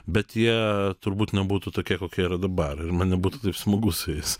bet jie turbūt nebūtų tokie kokie yra dabar ir man nebūtų taip smagu su jais